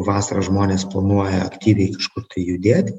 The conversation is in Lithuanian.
vasarą žmonės planuoja aktyviai kažkur tai judėt